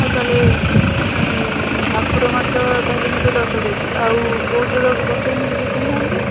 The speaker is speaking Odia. ହଉ ତା'ହେଲେ ଭାକୁର ମାଛ ତା'ହେଲେ ନେବେ ଦଶ କେଜି ଆଉ କେଉଁ ଜାଗାକୁ ପଠାଇବି ମୁଁ ଟିକିଏ କହୁନାହାନ୍ତି